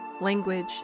language